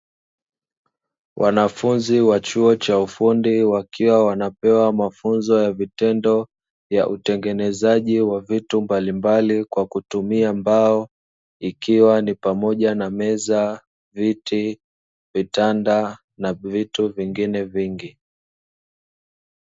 Wanafunzi wa chuo cha ufundi wakiwa wanapewa mafunzo ya vitendo, ya utengenezaji wa vitu mbalimbali kwa kutumia mbao ikiwa ni pamoja na; meza, viti, vitanda na vitu vingi.